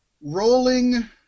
rolling